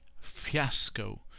fiasco